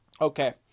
Okay